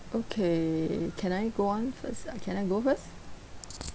okay can I go on first uh can I go first